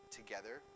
together